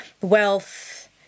wealth